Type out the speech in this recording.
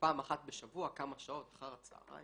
פעם אחת בשבוע כמה שעות אחר הצהריים